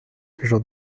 j’en